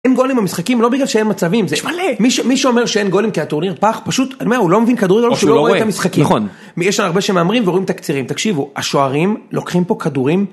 אין גולים במשחקים לא בגלל שאין מצבים, יש מלא, מי שאומר שאין גולים כי הטורניר פח, פשוט, אני אומר, הוא לא מבין כדורגל או שהוא לא רואה את המשחקים, יש שם הרבה שמהמרים ורואים תקצירים, תקשיבו, השוערים לוקחים פה כדורים